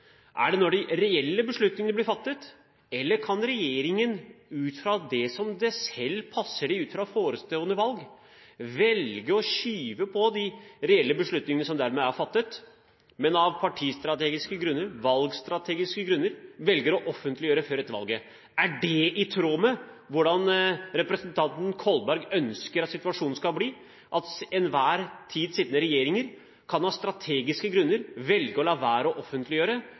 Er det når de reelle beslutningene blir fattet, eller kan regjeringen – etter som det passer den selv, utfra hensynet til forestående valg – velge å skyve på de reelle beslutningene som er fattet, og av partistrategiske grunner, valgstrategiske grunner, velge å offentliggjøre beslutningene først etter et valg? Er det i tråd med hvordan representanten Kolberg ønsker at situasjonen skal bli? At den til enhver tid sittende regjering av strategiske grunner kan velge å la være å offentliggjøre